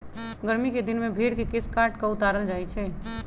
गरमि कें दिन में भेर के केश काट कऽ उतारल जाइ छइ